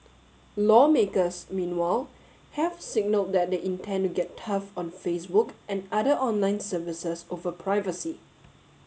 lawmakers meanwhile have signalled that they intend to get tough on Facebook and other online services over privacy